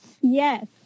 Yes